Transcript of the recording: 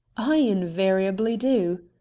i invariably do.